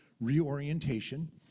reorientation